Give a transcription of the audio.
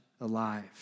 alive